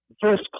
first